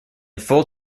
full